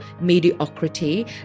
mediocrity